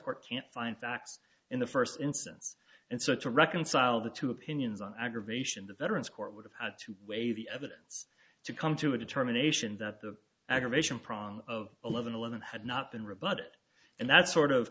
court can't find facts in the first instance and such reconcile the two opinions on aggravation the veterans court would have had to weigh the evidence to come to a determination that the aggravation prong of eleven eleven had not been rebutted and that sort of